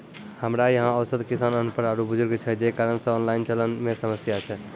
हमरा यहाँ औसत किसान अनपढ़ आरु बुजुर्ग छै जे कारण से ऑनलाइन चलन मे समस्या छै?